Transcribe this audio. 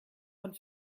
von